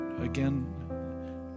again